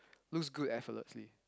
looks good effortlessly